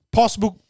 possible